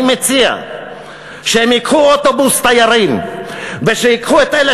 אני מציע שהם ייקחו אוטובוס תיירים וייקחו את אלה